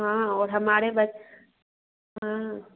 हाँ और हमारे बस हाँ